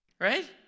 Right